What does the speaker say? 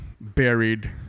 buried